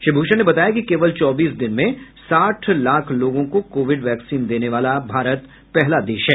श्री भूषण ने बताया कि केवल चौबीस दिन में साठ लाख लोगों को कोविड वैक्सीन देने वाला भारत पहला देश है